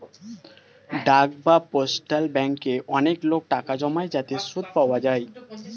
ডাক বা পোস্টাল ব্যাঙ্কে অনেক লোক টাকা জমায় যাতে সুদ পাওয়া যায়